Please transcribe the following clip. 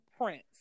Prince